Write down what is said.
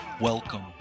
welcome